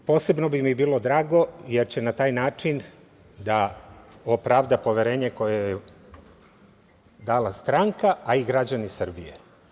I posebno bi mi bilo drago jer će na taj način da opravda poverenje koje joj je dala stranka, a i građani Srbije.